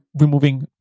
removing